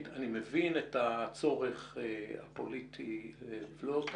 אני מבין את הצורך הפוליטי לבלוט,